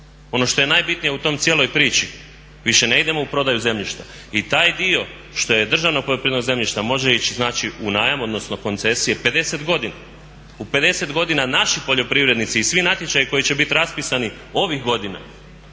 Ono što je najbitnije u toj cijeloj priči više ne idemo u prodaju zemljišta. I taj dio što je državno poljoprivredno zemljište, može ići znači u najam, odnosno koncesije 50 godina. U 50 godina naši poljoprivrednici i svi natječaji koji će biti raspisani ovih godina